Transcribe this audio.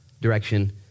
direction